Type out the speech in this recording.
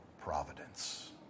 providence